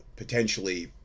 Potentially